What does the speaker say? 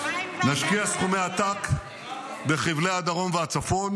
נשקיע סכומי עתק בחבלי הדרום והצפון,